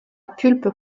pulpe